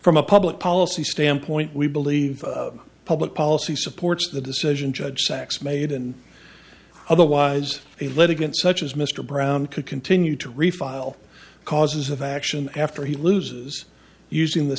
from a public policy standpoint we believe public policy supports the decision judge sachs made and otherwise a litigant such as mr brown could continue to refile causes of action after he loses using the